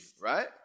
right